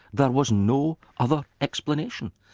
there was no other explanation.